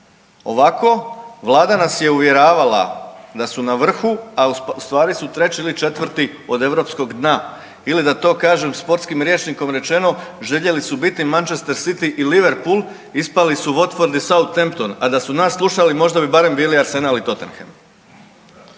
Ovako, Vlada nas je uvjeravala da su na vrhu, a ustvari su 3. ili 4. od europskog dna, ili da to kažem sportskim rječnikom rečeno, željeli su biti Manchester City i Liverpool, ispali su Watford i Southampton, a da su nas slušali, možda bi barem bili Arsenal i Tottenham.